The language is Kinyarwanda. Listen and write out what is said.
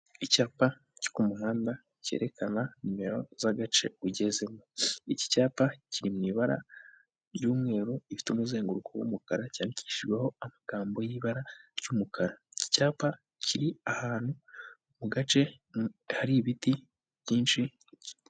Icyapa cyo ku muhanda cyerekana nimero z'agace ugezemo. Iki cyapa kiri mu ibara ry'umweru rifite umuzenguruko w'umukara, cyandikishijweho amagambo y'ibara ry'umukara. Iki cyapa kiri ahantu mu gace hari ibiti byinshi.